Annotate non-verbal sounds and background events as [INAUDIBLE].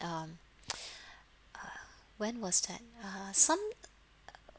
um [BREATH] when was that ah some [NOISE]